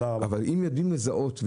אבל אם יודעים לזהות,